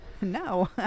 No